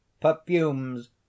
perfumes